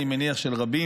אני מניח של רבים,